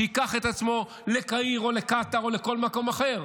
שייקח את עצמו לקהיר או לקטאר או לכל מקום אחר.